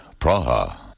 Praha